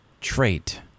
trait